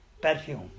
perfume